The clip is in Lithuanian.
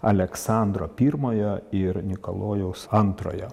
aleksandro pirmojo ir nikolajaus antrojo